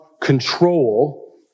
control